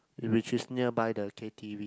which is nearby the K_t_v